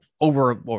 over